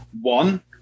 One